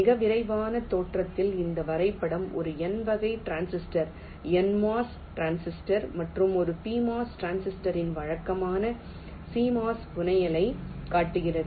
மிக விரைவான தோற்றத்தில் இந்த வரைபடம் ஒரு N வகை டிரான்சிஸ்டர் NMOS டிரான்சிஸ்டர் மற்றும் ஒரு PMOS டிரான்சிஸ்டரின் வழக்கமான CMOS புனையலைக் காட்டுகிறது